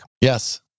Yes